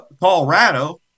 Colorado